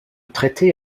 traité